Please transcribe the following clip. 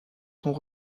sont